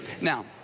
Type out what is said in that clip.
Now